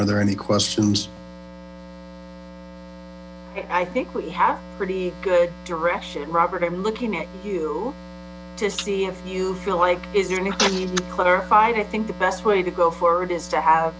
are there any questions i think we have pretty good direction robert i'm looking at you to see if you feel like is there clarified i think the best way to go forward is to have